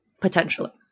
Potentially